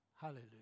Hallelujah